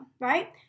right